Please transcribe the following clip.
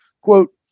Quote